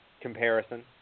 comparison